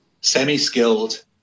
semi-skilled